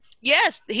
Yes